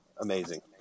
amazing